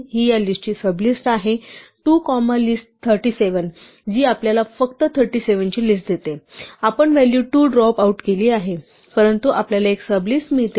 ही या लिस्टची सबलिस्ट आहे 2 कोमा लिस्ट 37 जी आपल्याला फक्त 37 ची लिस्ट देते आपण व्हॅल्यू 2 ड्रॉप आउट केली आहे परंतु आपल्याला एक सब लिस्ट मिळते